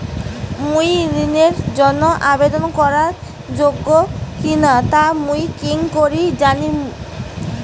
মুই ঋণের জন্য আবেদন করার যোগ্য কিনা তা মুই কেঙকরি জানিম?